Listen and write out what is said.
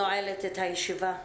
אני נועלת את הישיבה.